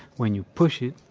when you push it,